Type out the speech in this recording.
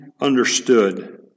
understood